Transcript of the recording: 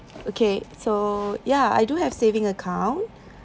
okay so ya I do have saving account